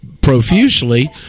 profusely